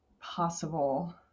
possible